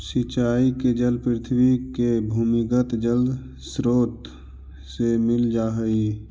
सिंचाई के जल पृथ्वी के भूमिगत जलस्रोत से मिल जा हइ